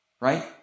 right